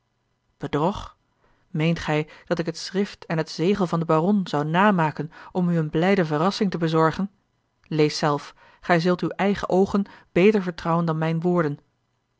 bedrog meent gij dat ik het schrift en het zegel van den baron zou namaken om u eene blijde verrassing te bezorgen ees zelf gij zult uwe eigene oogen beter vertrouwen dan mijne woorden